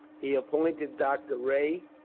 he appointed doctor rae